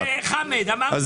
מה